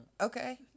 Okay